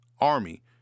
Army